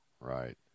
right